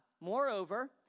Moreover